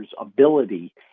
ability